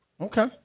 Okay